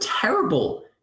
terrible